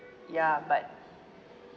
ya but